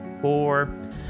four